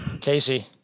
Casey